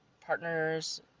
partners